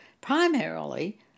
Primarily